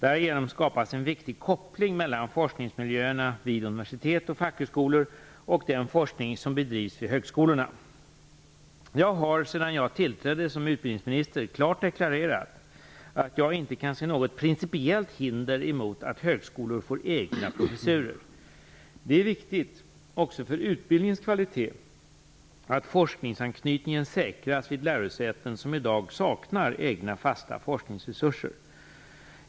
Därigenom skapas en viktig koppling mellan forskningsmiljöerna vid universitet och fackhögskolor och den forskning som bedrivs vid högskolorna. Jag har sedan jag tillträdde som utbildningsminister klart deklarerat att jag inte kan se något principiellt hinder emot att högskolor får egna professurer. Det är viktigt också för utbildningens kvalitet att forskningsanknytningen säkras vid lärosäten som i dag saknar egna fasta forskningsresurser.